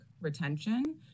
retention